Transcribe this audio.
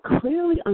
clearly